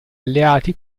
alleati